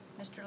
Mr